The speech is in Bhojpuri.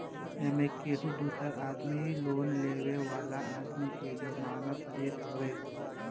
एमे केहू दूसर आदमी लोन लेवे वाला आदमी के जमानत देत हवे